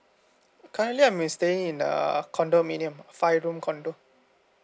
currently I am staying in err condominium five room condominium